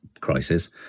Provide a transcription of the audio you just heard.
crisis